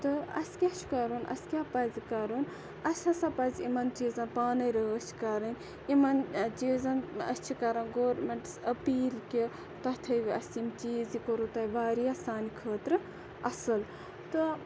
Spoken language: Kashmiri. تہٕ اَسہِ کیاہ چھُ کَرُن اَسہِ کیاہ پَزِ کَرُن اَسہِ ہَسا پَزِ یِمَن چیٖزَن پانے رٲچھ کَرٕنۍ یِمَن چیٖزَن أسۍ چھِ کَران گورمنٹَس اپیٖل کہِ تۄہہِ تھٲیِو اَسہِ یِم چیٖز یہِ کوٚروُ تۄہہِ واریاہ سانہِ خٲطرٕ اَصل تہٕ